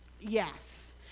Yes